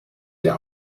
der